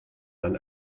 man